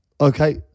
Okay